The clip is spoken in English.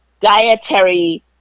dietary